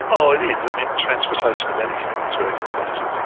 oh, it is. i mean, transportation of anything is very competitive.